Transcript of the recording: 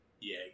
Yay